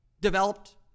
developed